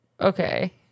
okay